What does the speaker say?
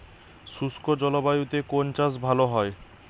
শুষ্ক জলবায়ুতে কোন চাষ ভালো হয়?